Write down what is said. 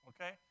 Okay